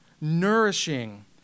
nourishing